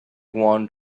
wanted